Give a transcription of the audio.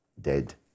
dead